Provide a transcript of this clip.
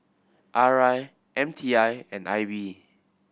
R I M T I and I B